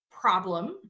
problem